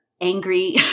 angry